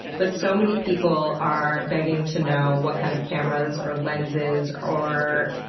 but so many people are begging to know what kind of cameras, or lenses, or or